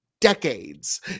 decades